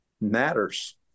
matters